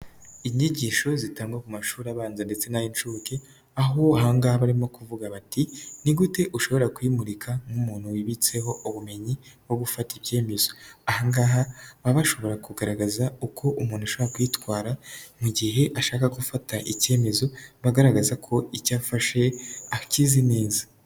Inyigisho zitangwa ku mashuri abanza ndetse n'ay'incuke aho uhanga barimo kuvuga bati ni gute ushobora kuyimurika nk'umuntu wibitseho ubumenyi nko gufata ibyemezo, ahangaha aba ashobora kugaragaza uko umuntu ushaka kuyitwara mu gihe ashaka gufata icyemezo bagaragaza ko icyafashe akizi neza.